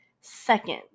second